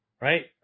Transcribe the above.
right